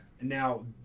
now